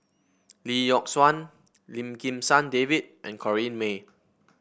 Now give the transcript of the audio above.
Lee Yock Suan Lim Kim San David and Corrinne May